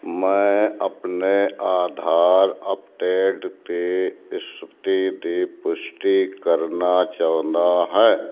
ਮੈਂ ਆਪਣੇ ਆਧਾਰ ਅੱਪਡੇਟ 'ਤੇ ਇਸ ਹਫਤੇ ਦੀ ਪੁਸ਼ਟੀ ਕਰਨਾ ਚਾਹੁੰਦਾ ਹੈ